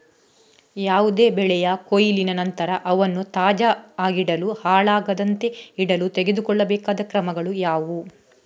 ಯಾವುದೇ ಬೆಳೆಯ ಕೊಯ್ಲಿನ ನಂತರ ಅವನ್ನು ತಾಜಾ ಆಗಿಡಲು, ಹಾಳಾಗದಂತೆ ಇಡಲು ತೆಗೆದುಕೊಳ್ಳಬೇಕಾದ ಕ್ರಮಗಳು ಯಾವುವು?